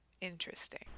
Interesting